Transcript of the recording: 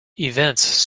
events